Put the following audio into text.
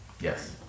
Yes